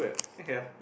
ya